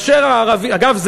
אגב,